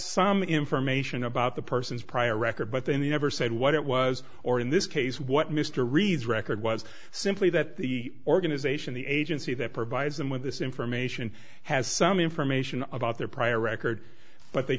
some information about the person's prior record but they never said what it was or in this case what mr reed's record was simply that the organization the agency that provides them with this information has some information about their prior record but they